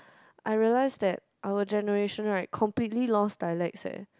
I realise that our generation right completely lost dialects eh